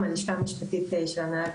המשפט.